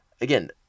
Again